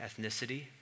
ethnicity